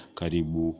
karibu